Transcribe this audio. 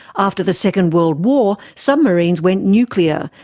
after the second world war, submarines went nuclear,